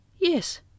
yes